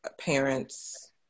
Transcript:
parents